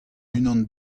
unan